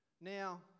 now